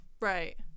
Right